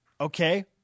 Okay